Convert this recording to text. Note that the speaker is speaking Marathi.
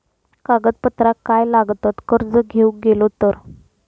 कागदपत्रा काय लागतत कर्ज घेऊक गेलो तर?